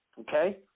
Okay